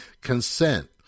consent